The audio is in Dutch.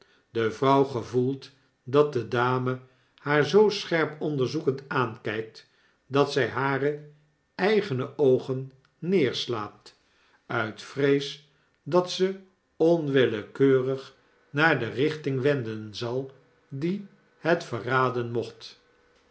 de vrouw gevoelt dat de dame haar zoo scherp onderzoekend aankykt dat zy hare eigene oogen neerslaat uit vrees dat zy ze onwillekeurig naar de richting wenden zal die het verraden mocht